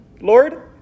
Lord